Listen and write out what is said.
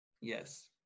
Yes